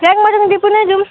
Raimtang depot नै जाऊँ